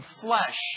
flesh